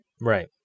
Right